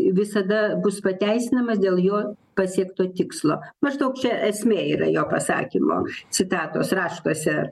visada bus pateisinamas dėl jo pasiekto tikslo maždaug čia esmė yra jo pasakymo citatos raštuose